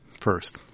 first